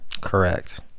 Correct